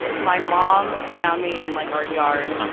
my mom found me in, like, our yard.